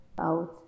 Out